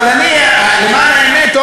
אבל למען האמת,